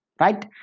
right